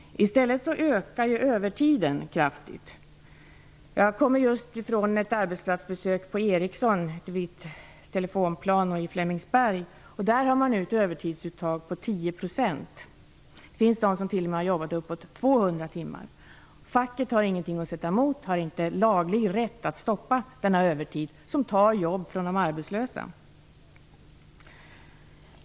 I stället ökar övertiden kraftigt. Jag är just tillbaka efter att ha gjort arbetsplatsbesök hos Ericsson vid Telefonplan och i Flemingsberg. Där har man ett övertidsuttag på 10 %. De finns t.o.m. de som har bortemot 200 timmar övertid. Facket har inte något att sätta emot. Man har inte laglig rätt att stoppa denna övertid, som gör att arbetslösa går miste om jobb.